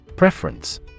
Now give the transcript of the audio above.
Preference